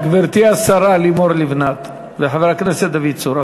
גברתי השרה לימור לבנת וחבר הכנסת דוד צור,